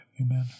Amen